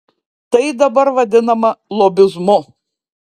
tai dabar vadinama lobizmu